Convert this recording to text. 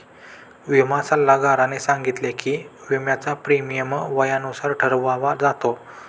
विमा सल्लागाराने सांगितले की, विम्याचा प्रीमियम वयानुसार ठरवला जातो